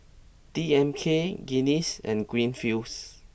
D M K Guinness and Greenfields